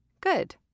Good